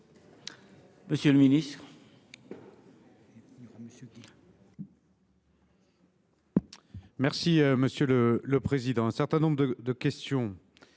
Monsieur le ministre,